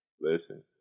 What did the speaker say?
Listen